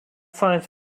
science